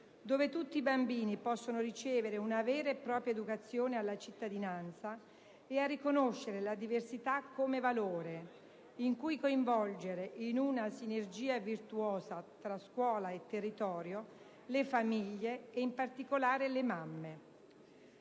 dove tutti i bambini possano ricevere una vera e propria educazione alla cittadinanza e a riconoscere la diversità come valore, in cui coinvolgere, in una sinergia virtuosa tra scuola e territorio, le famiglie e in particolare le mamme.